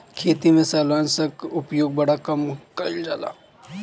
खेती में शैवालनाशक कअ उपयोग बड़ा कम कइल जाला